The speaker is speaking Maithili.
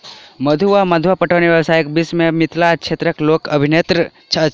मद्दु वा मद्दा पटौनी व्यवस्थाक विषय मे मिथिला क्षेत्रक लोक अनभिज्ञ अछि